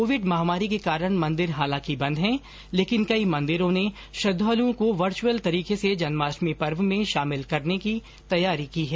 Covid महामारी के कारण मंदिर हालांकि बंद है लेकिन कई मंदिरों ने श्रद्वालुओं को वर्च्यअल तरीके से जन्माष्टमी पर्व में शामिल करने की तैयारी की है